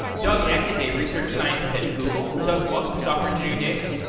doug eck is a research scientist at google. doug, welcome to software engineering daily.